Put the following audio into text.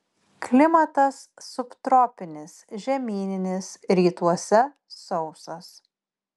klimatas subtropinis žemyninis rytuose sausas